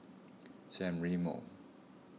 San Remo